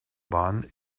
bahn